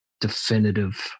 definitive